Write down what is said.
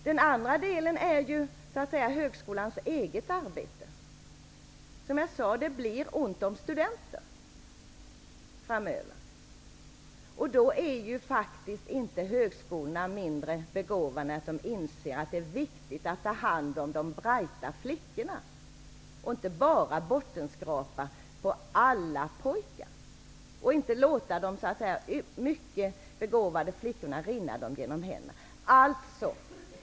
Den andra delen är högskolans eget arbete. Som jag sade blir det ont om studenter framöver. Då är faktiskt inte högskolorna mindre begåvade än att de inser att det är viktigt att ta hand om de ''brighta'' flickorna, och inte bara bottenskrapa på alla pojkar och låta de mycket begåvade flickorna rinna dem genom fingrarna.